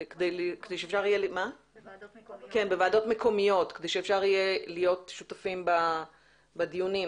בוועדות מקומיות כדי שאפשר יהיה להשתתף בדיונים.